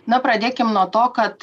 na pradėkim nuo to kad